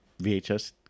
VHS